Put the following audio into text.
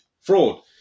fraud